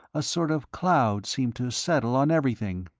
a sort of cloud seemed to settle on everything.